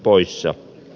poissa